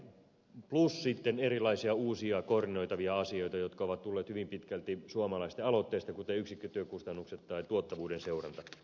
tätä me ajamme plus sitten erilaisia uusia koordinoitavia asioita jotka ovat tulleet hyvin pitkälti suomalaisten aloitteesta kuten yksikkötyökustannukset tai tuottavuuden seuranta